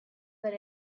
that